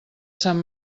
sant